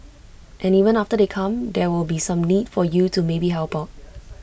and even after they come there will be some need for you to maybe help out